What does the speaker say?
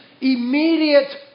immediate